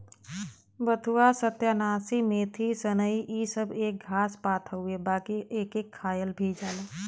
बथुआ, सत्यानाशी, मेथी, सनइ इ सब एक घास पात हउवे बाकि एके खायल भी जाला